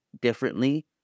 differently